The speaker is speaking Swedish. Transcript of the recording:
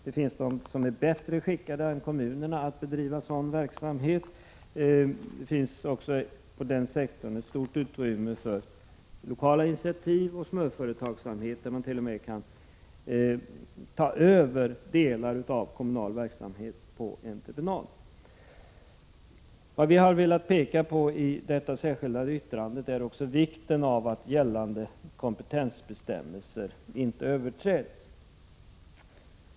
Det finns de som är bättre skickade än kommunerna att bedriva sådan verksamhet. Det finns också inom den sektorn ett stort utrymme för lokala initiativ och småföretagsamhet, och man kant.o.m. ta över delar av kommunal verksamhet på entreprenad. Vi har i vårt särskilda yttrande också velat peka på vikten av att gällande kompetensbestämmelser inte överträds.